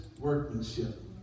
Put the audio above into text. workmanship